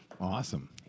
Awesome